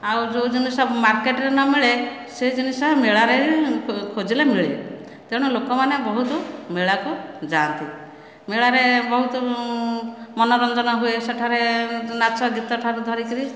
ଆଉ ଯେଉଁ ଜିନିଷ ମାର୍କେଟ ରେ ନ ମିଳେ ସେ ଜିନିଷ ମେଳା ରେ ଖୋଜିଲେ ମିଳେ ତେଣୁ ଲୋକ ମାନେ ବହୁତ ମେଳା କୁ ଯାଆନ୍ତି ମେଳାରେ ବହୁତ ମନୋରଞ୍ଜନ ହୁଏ ସେଠାରେ ନାଚ ଗୀତ ଠାରୁ ଧରି କରି